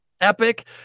epic